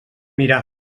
mirar